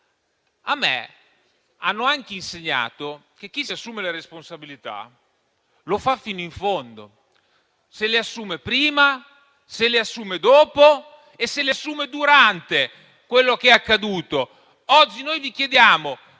A me hanno anche insegnato che chi si assume le responsabilità lo fa fino in fondo: se le assume prima, se le assume dopo e se le assume durante quello che accade. Oggi noi vi chiediamo: